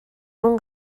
اون